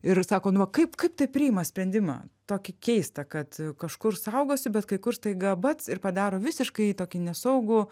ir sako nu va kaip kaip tai priima sprendimą tokį keistą kad kažkur saugosi bet kai kur staiga bac ir padaro visiškai tokį nesaugų